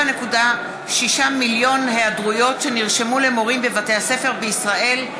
7.6 מיליון היעדרויות שנרשמו למורים בבתי הספר בישראל.